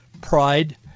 pride